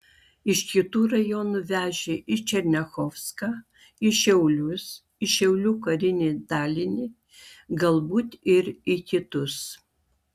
iš kitų rajonų vežė į černiachovską į šiaulius į šiaulių karinį dalinį galbūt ir į kitus